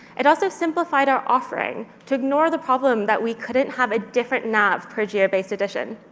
it also simplified our offering to ignore the problem that we couldn't have a different nav per geo based edition.